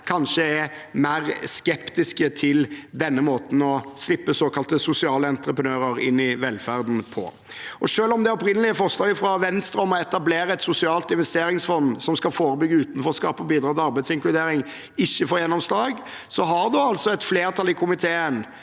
kanskje er mer skeptiske til denne måten å slippe såkalte sosiale entreprenører inn i velferden på. Selv om det opprinnelige forslaget fra Venstre om å etablere et sosialt investeringsfond som skal forebygge utenforskap og bidra til arbeidsinkludering, ikke får gjennomslag, har et flertall i komiteen